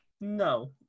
no